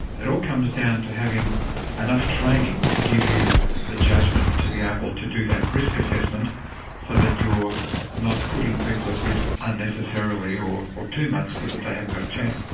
it all comes down to having enough training to give you the judgment to be able to do that risk assessment so that you're not putting people at risk unnecessarily, or or too much so that they haven't got a chance.